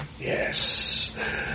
yes